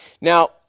Now